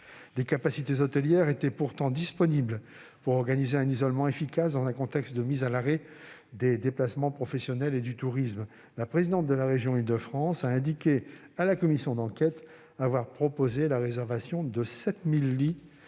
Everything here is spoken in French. Des capacités hôtelières étaient pourtant disponibles pour organiser un isolement efficace, dans un contexte de mise à l'arrêt des déplacements professionnels et du tourisme. La présidente de la région Île-de-France a indiqué à la commission d'enquête avoir proposé la réservation de 7 000 lits,